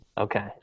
Okay